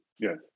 Yes